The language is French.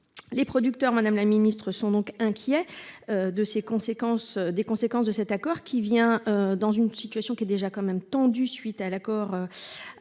Les producteurs Madame la Ministre sont donc inquiets. De ses conséquences, des conséquences de cet accord qui vient dans une situation qui est déjà quand même tendu suite à l'accord avec